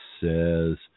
says